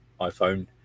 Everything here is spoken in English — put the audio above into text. iPhone